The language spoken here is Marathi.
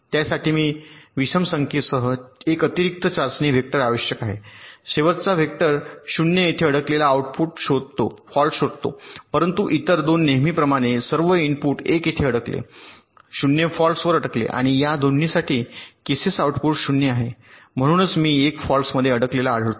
त्यासाठी मी विषम संख्येसह 1 अतिरिक्त चाचणी वेक्टर आवश्यक आहे शेवटचा वेक्टर 0 येथे अडकलेला आउटपुट शोधतो फॉल्ट परंतु इतर 2 नेहमीप्रमाणे सर्व इनपुट 1 येथे अडकले 0 फॉल्ट्स वर अडकले आणि या दोन्हीसाठी केसेस आउटपुट 0 आहे म्हणूनच मी 1 फॉल्टसमध्ये अडकलेला आढळतो